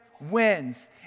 wins